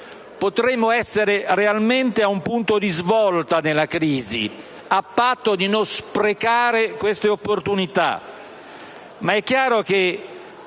Potremmo essere realmente a un punto di svolta nella crisi, a patto di non sprecare le opportunità